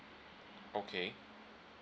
okay